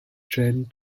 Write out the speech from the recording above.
trained